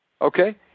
Okay